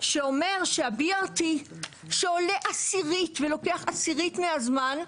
שאומר שה-BRT שעולה עשירית ולוקח עשירית מהזמן,